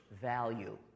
value